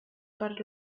per